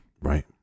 right